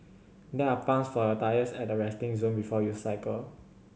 there are pumps for your tyres at the resting zone before you cycle